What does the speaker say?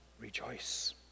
rejoice